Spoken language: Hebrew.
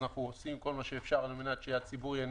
אנחנו עושים כל מה שאפשר כדי שהציבור ייהנה